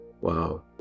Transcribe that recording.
Wow